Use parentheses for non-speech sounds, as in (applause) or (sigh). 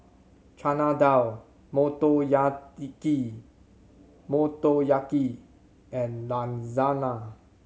Chana Dal (unintelligible) Motoyaki and Lasagna